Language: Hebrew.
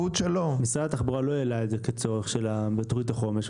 משרד התחבורה לא העלה את זה כצורך בתכנית החומש,